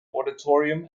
auditorium